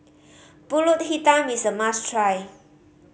Pulut Hitam is a must try